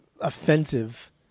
offensive